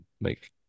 make